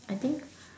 I think